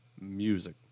music